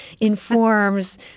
informs